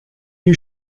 you